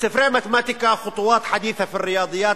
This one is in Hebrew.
ספרי מתמטיקה "ח'וטואת חדית'ה פי אל-ריאדייאת",